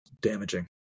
damaging